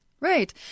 Right